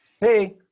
Hey